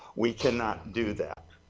we cannot do that.